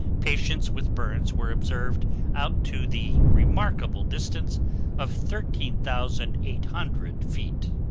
patients with burns were observed out to the remarkable distance of thirteen thousand eight hundred feet.